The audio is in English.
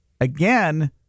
Again